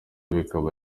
bikaba